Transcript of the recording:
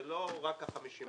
זה לא רק ה-50%.